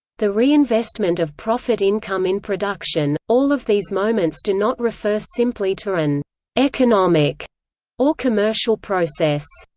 the reinvestment of profit income in production all of these moments do not refer simply to an economic or commercial process.